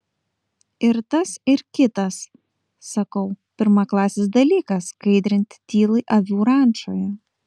ir tas ir kitas sakau pirmaklasis dalykas skaidrinti tylai avių rančoje